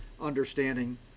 understanding